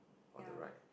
on the right